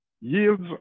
Yields